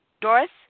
Doris